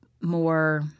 more –